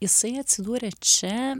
jisai atsidūrė čia